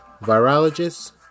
virologists